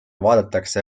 vaadatakse